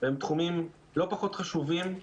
ואלה תחומים לא פחות חשובים,